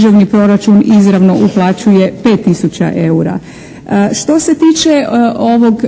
državni proračun izravno uplaćuje 5 tisuća eura. Što se tiče ovog